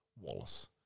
Wallace